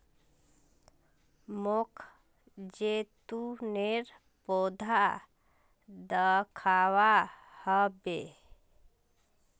मोक जैतूनेर पौधा दखवा ह बे